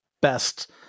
best